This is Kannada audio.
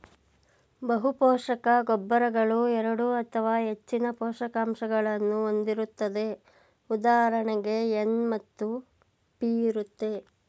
ಬಹುಪೋಷಕ ಗೊಬ್ಬರಗಳು ಎರಡು ಅಥವಾ ಹೆಚ್ಚಿನ ಪೋಷಕಾಂಶಗಳನ್ನು ಹೊಂದಿರುತ್ತದೆ ಉದಾಹರಣೆಗೆ ಎನ್ ಮತ್ತು ಪಿ ಇರುತ್ತೆ